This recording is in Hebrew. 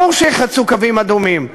ברור שייחצו קווים אדומים,